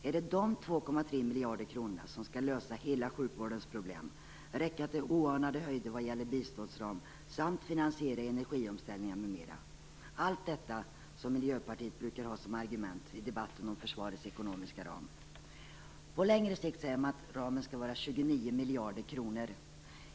Är det de 2,3 miljarder kronorna som skall lösa hela sjukvårdens problem, räcka till en biståndsram som når oanade höjder samt finansiera energiomställningar m.m. Allt detta brukar Miljöpartiet anföra som argument i debatten om försvarets ekonomiska ram. På längre sikt säger man att ramen skall vara 29 miljarder kronor.